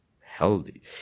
healthy